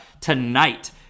tonight